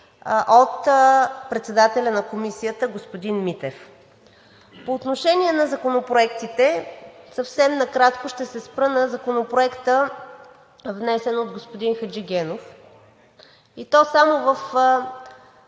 от председателя на Комисията господин Митев. По отношение на законопроектите съвсем накратко ще се спра на Законопроекта, внесен от господин Хаджигенов, и то само в